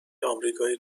آمریکای